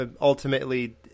ultimately